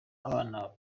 abana